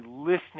listening